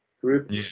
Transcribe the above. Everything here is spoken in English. group